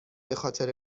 بخاطر